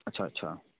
अच्छा अच्छा